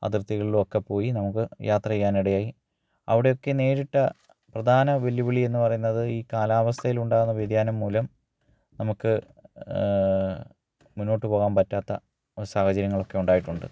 അതിർത്തികളിലും ഒക്കെ പോയി നമുക്ക് യാത്ര ചെയ്യാനിടയായി അവിടെയൊക്കെ നേരിട്ട പ്രധാന വെല്ലുവിളി എന്ന് പറയുന്നത് ഈ കാലാവസ്ഥയിൽ ഉണ്ടാവുന്ന വ്യതിയാനം മൂലം നമുക്ക് മുന്നോട്ടു പോകാൻ പറ്റാത്ത സാഹചര്യങ്ങളൊക്കെ ഉണ്ടായിട്ടുണ്ട്